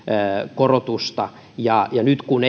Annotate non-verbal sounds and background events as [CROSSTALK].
korotusta ja ja nyt kun [UNINTELLIGIBLE]